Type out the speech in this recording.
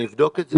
אני אבדוק את זה.